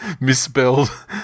misspelled